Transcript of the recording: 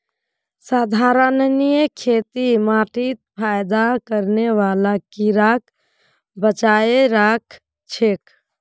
संधारणीय खेती माटीत फयदा करने बाला कीड़ाक बचाए राखछेक